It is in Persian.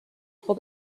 خوب